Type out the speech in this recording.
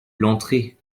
l’entrée